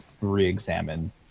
re-examine